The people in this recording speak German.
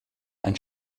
ein